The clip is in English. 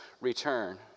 return